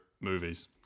movies